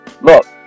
Look